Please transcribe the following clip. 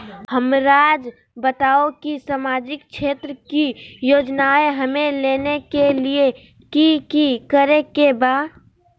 हमराज़ बताओ कि सामाजिक क्षेत्र की योजनाएं हमें लेने के लिए कि कि करे के बा?